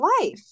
life